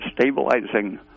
stabilizing